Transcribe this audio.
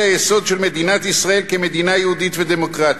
היסוד של מדינת ישראל כמדינה יהודית ודמוקרטית,